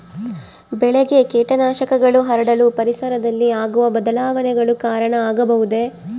ಬೆಳೆಗೆ ಕೇಟನಾಶಕಗಳು ಹರಡಲು ಪರಿಸರದಲ್ಲಿ ಆಗುವ ಬದಲಾವಣೆಗಳು ಕಾರಣ ಆಗಬಹುದೇ?